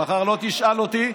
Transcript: שמחר לא תשאל אותי,